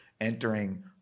entering